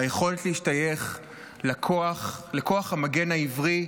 והיכולת להשתייך לכוח המגן העברי,